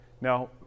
Now